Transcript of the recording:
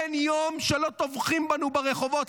אין יום שלא טובחים בנו ברחובות.